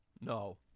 No